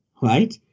right